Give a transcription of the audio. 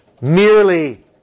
merely